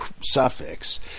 suffix